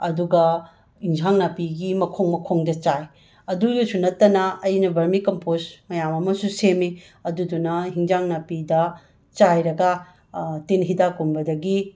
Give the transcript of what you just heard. ꯑꯗꯨꯒꯒꯤ ꯏꯟꯖꯥꯡ ꯅꯥꯄꯤꯒꯤ ꯃꯈꯣꯡ ꯃꯈꯣꯡꯗ ꯆꯥꯏ ꯑꯗꯨꯗꯁꯨ ꯅꯠꯇꯅ ꯑꯩꯅ ꯕꯔꯃꯤꯀꯝꯄꯣꯁ ꯃꯌꯥꯝ ꯑꯃꯁꯨ ꯁꯦꯝꯃꯤ ꯑꯗꯨꯗꯨꯅ ꯍꯤꯟꯖꯥꯡ ꯅꯥꯄꯤꯗ ꯆꯥꯏꯔꯒ ꯇꯤꯟ ꯍꯤꯗꯥꯛꯀꯨꯝꯕꯗꯒꯤ